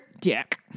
dick